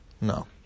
No